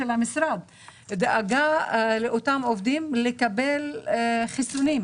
יש דאגה שאותם העובדים יחוסנו.